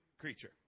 creature